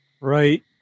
Right